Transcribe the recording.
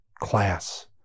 class